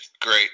great